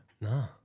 No